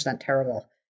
terrible